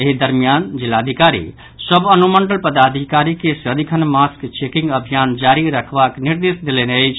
एहि दरमियान जिलाधिकारी सभ अनुमंडल पदाधिकारी के सदिखन मास्क चेकिंग अभियान जारी रखबाक निर्देश देलनि अछि